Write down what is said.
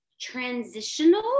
transitional